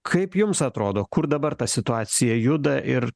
kaip jums atrodo kur dabar ta situacija juda ir